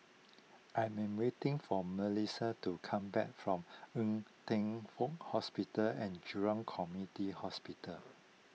I am waiting for Malissie to come back from Ng Teng Fong Hospital and Jurong Community Hospital